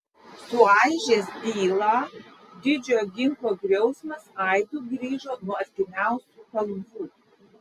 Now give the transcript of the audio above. suaižęs tylą didžiojo ginklo griausmas aidu grįžo nuo artimiausių kalvų